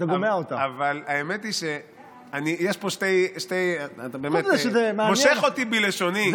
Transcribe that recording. אבל האמת היא שאתה מושך אותי בלשוני.